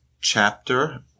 chapter